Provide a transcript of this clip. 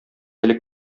әле